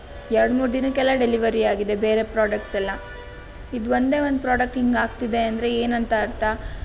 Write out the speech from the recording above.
ಎರಡು ಮೂರು ದಿನಕ್ಕೆಲ್ಲ ಡೆಲಿವರಿ ಆಗಿದೆ ಬೇರೆ ಪ್ರಾಡಕ್ಟ್ಸೆಲ್ಲ ಇದು ಒಂದೇ ಒಂದು ಪ್ರಾಡಕ್ಟ್ ಹೀಗೆ ಆಗ್ತಿದೆ ಅಂದರೆ ಏನಂತ ಅರ್ಥ